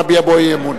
נביע בו אי-אמון?